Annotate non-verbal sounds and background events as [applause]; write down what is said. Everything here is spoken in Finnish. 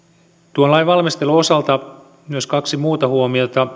oppia lainvalmistelun osalta myös kaksi muuta huomiota [unintelligible]